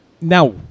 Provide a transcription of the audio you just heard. Now